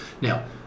Now